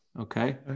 Okay